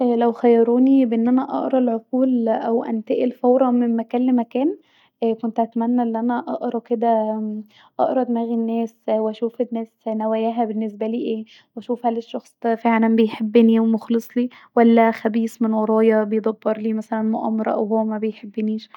لو خيروني أن انا اقري العقول أو انتقل فورا من مكان لمكان كنت اتمني ان انا اقري كدا اقري دماغ الناس واشوف الناس نوايها بالنسبالي ايه وأشوف هل الشخص ده بيحبني ومخلصلي ولا خبيث من ورايا بيدبرلي مثلا مؤامره أو هو مابيحبنيش